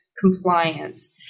compliance